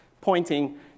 pointing